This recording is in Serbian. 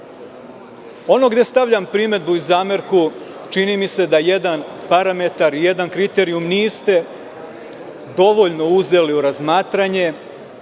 gde stavljam primedbu i zamerku, čini mi se da jedan parametar i jedan kriterijum niste dovoljno uzeli u razmatranje,